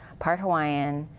part hawaiian.